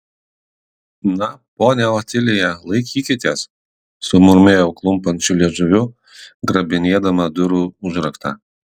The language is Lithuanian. na ponia otilija laikykitės sumurmėjau klumpančiu liežuviu grabinėdama durų užraktą